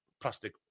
plastic